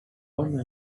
one